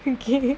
okay